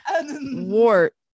Wart